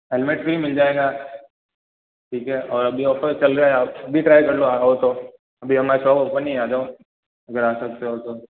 helmet helmet free मिल जाएगा ठीक है और अभी ऑफ़र चल रहा है आप अभी ट्राई कर लो आना हो तो अभी हमारा शॉप ओपन ही है आ जाओ अगर आ सकते हो तो